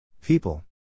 People